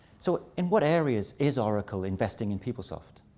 so in what areas is oracle investing in peoplesoft?